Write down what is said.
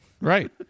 right